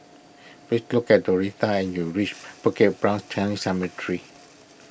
please look at Doretta and you reach Bukit Brown Chinese Cemetery